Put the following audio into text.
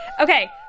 Okay